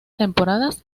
temporadas